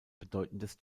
bedeutendes